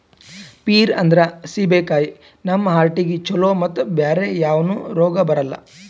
peer ಅಂದ್ರ ಸೀಬೆಕಾಯಿ ನಮ್ ಹಾರ್ಟಿಗ್ ಛಲೋ ಮತ್ತ್ ಬ್ಯಾರೆ ಯಾವನು ರೋಗ್ ಬರಲ್ಲ್